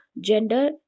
gender